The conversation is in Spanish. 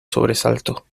sobresalto